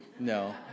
No